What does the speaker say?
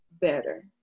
better